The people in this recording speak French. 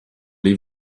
les